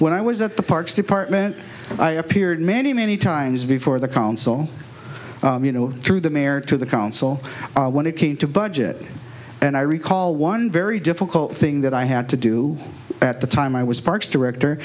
when i was at the parks department i appeared many many times before the council you know through the mayor to the council when it came to budget and i recall one very difficult thing that i had to do at the time i was parks director